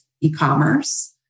e-commerce